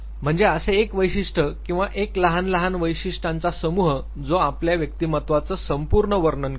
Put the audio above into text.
म्हणजे असे एक वैशिष्ट किंवा एक लहान लहान वैशिष्ट्यांचा समूह जो आपल्या व्यक्तिमत्त्वाचं संपूर्ण वर्णन करतो